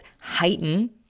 heighten